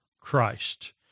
Christ